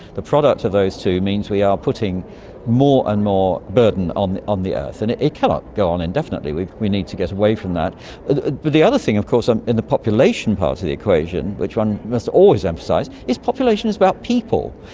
the product of those two means we are putting more and more burden on on the earth and it it cannot go on indefinitely, we we need to get away from that. but the other thing of course um in the population part of the equation, which one must always emphasise, is population is about people.